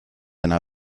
yna